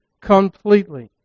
completely